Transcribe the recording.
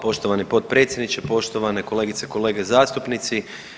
poštovani potpredsjedniče, poštovane kolegice i kolege zastupnici.